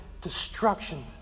destruction